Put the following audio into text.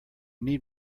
need